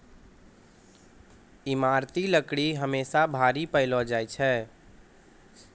ईमारती लकड़ी हमेसा भारी पैलो जा छै